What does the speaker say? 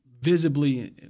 visibly